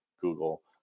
Google